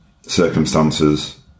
circumstances